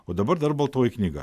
o dabar dar baltoji knyga